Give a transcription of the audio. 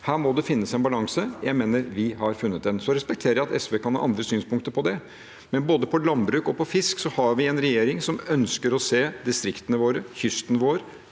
Her må det finnes en balanse. Jeg mener vi har funnet den. Jeg respekterer at SV kan ha andre synspunkter på det, men når det gjelder både landbruk og fisk, har vi en regjering som ønsker å se distriktene våre, kysten vår